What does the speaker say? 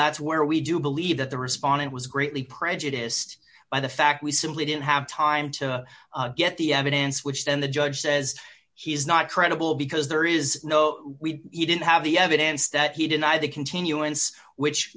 that's where we do believe that the respondent was greatly prejudiced by the fact we simply didn't have time to get the evidence which then the judge says he's not credible because there is no we didn't have the evidence that he denied the continuance which